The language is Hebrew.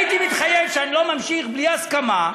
הייתי מתחייב שאני לא ממשיך בלי הסכמה,